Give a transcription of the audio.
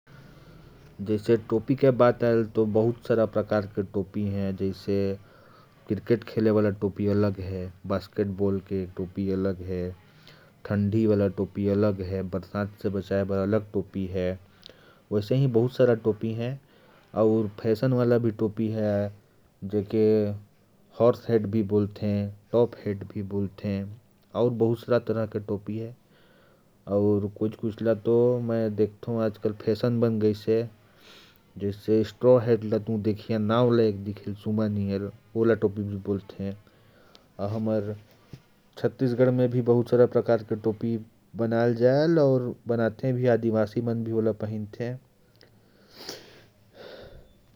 जैसे टोपी की बात आई तो, बहुत सारे प्रकार की टोपी होती हैं। जैसे क्रिकेट टोपी, बरसाती टोपी, ठंडी टोपी, बास्केटबॉल टोपी। इसके अलावा बहुत सारी फैशन वाली टोपी भी होती हैं, जैसे हॉर्स हैट, टॉप हैट। और भी आजकल फैशन में टोपी का चलन बढ़ गया है। सुमा जैसी टोपी भी दिखती है, और हमारे छत्तीसगढ़ में भी बहुत प्रकार की टोपी बनती हैं। आदिवासी लोग भी ये टोपी पहनते हैं।